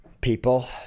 people